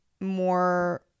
more